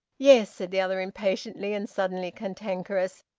yes, said the other impatiently, and suddenly cantankerous.